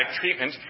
treatment